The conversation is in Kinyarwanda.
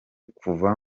kuva